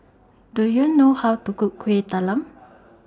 Do YOU know How to Cook Kuih Talam